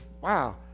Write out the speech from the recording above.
wow